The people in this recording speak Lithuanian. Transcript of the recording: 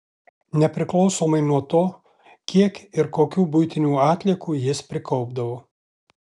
nepriklausomai nuo to kiek ir kokių buitinių atliekų jis prikaupdavo